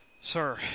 Sir